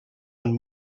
and